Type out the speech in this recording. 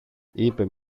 είπε